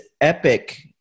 epic